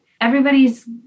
Everybody's